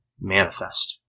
manifest